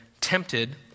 tempted